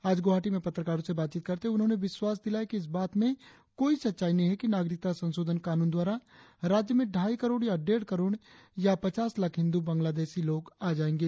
आज गुवाहाटी में पत्रकारों से बातचीत करते हुए उन्होंने विश्वास दिलाया कि इस बात में कोई सच्चाई नहीं है कि नागरिकता संशोधन कानून द्वारा राज्य में ढाई करोड़ या डेढ़ करोड़ या पचास लाख हिंद्र बांग्लादेशी लोग आ जाएंगे